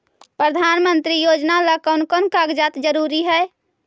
प्रधानमंत्री योजना ला कोन कोन कागजात जरूरी है?